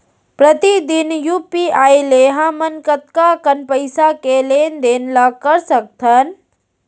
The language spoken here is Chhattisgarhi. प्रतिदन यू.पी.आई ले हमन कतका कन पइसा के लेन देन ल कर सकथन?